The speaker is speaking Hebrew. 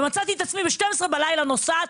ומצאתי את עצמי ב-12 בלילה נוסעת,